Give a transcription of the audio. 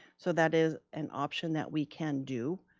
so that is an option that we can do.